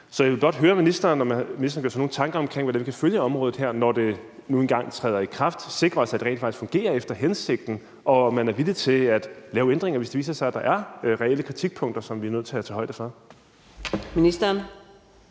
Så jeg vil blot høre ministeren, om ministeren har nogle tanker om, hvordan vi kan følge området her, når det nu engang træder i kraft, sikre os, at det rent faktisk fungerer efter hensigten, og om man er villig til at lave ændringer, hvis det viser sig, at der er reelle kritikpunkter, som vi er nødt til at tage højde for. Kl.